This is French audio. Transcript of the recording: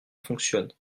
fonctionne